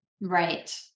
right